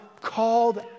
Called